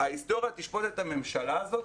ההיסטוריה תשפוט את הממשלה הזאת